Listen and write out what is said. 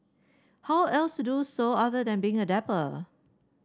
how else to do so other than being a dapper